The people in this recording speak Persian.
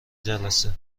جلسه